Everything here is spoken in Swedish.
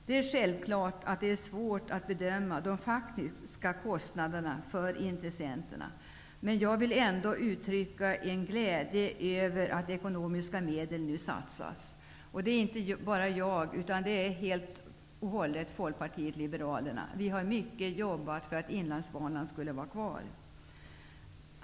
Det är självklart att det är svårt att bedöma de faktiska kostnaderna för intressenterna. Men jag vill ändå uttrycka en glädje över att det nu satsas ekonomiska medel på banan. Det här gäller hela Folkpartiet liberalerna. Vi har arbetat mycket för att Inlandsbanan skall få vara kvar.